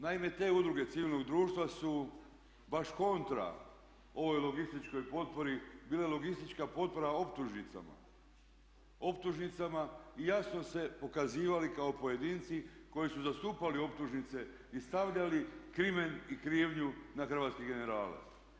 Naime, te udruge civilnog društva su baš kontra ovoj logističkoj potpori, bili logistička potpora optužnicama, optužnicama i jasno se pokazivali kao pojedinci koji su zastupali optužnice i stavljali krimen i krivnju na hrvatske generale.